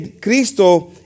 Cristo